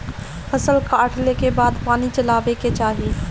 फसल कटले के बाद पानी चलावे के चाही